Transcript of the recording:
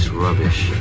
Rubbish